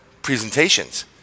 presentations